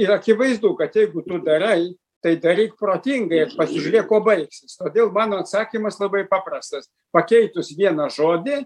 ir akivaizdu kad jeigu tu darai tai daryk protingai ir pasižiūrėk kuo baigsis todėl mano atsakymas labai paprastas pakeitus vieną žodį